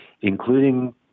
including